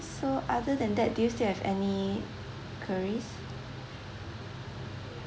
so other than that do you still have any queries